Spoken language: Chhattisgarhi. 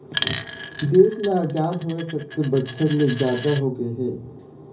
देश ल अजाद होवे सत्तर बछर ले जादा होगे हे